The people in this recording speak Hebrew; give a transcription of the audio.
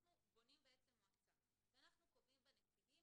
כשאנחנו בונים מועצה ואנחנו קובעים בה נציגים,